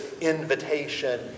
invitation